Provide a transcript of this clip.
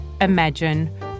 imagine